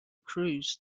crews